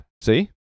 See